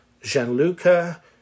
Gianluca